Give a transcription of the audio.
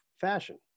fashion